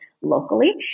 locally